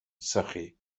sychu